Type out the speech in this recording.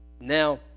Now